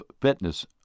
fitness